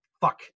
fuck